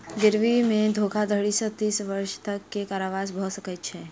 गिरवी मे धोखाधड़ी सॅ तीस वर्ष तक के कारावास भ सकै छै